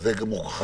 זה נפתח